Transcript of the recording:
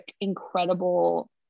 incredible